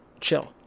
Chill